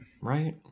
Right